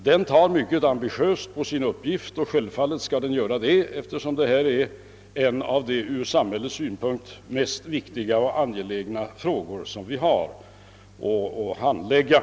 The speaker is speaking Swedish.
Denna tar mycket ambitiöst på sin uppgift och skall självfallet också göra det, eftersom detta är en av de ur samhällets synpunkt mest viktiga och angelägna frågor som vi har att handlägga.